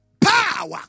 power